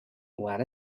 what